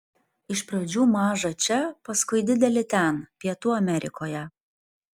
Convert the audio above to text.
iš pradžių mažą čia paskui didelį ten pietų amerikoje